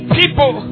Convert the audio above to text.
people